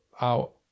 out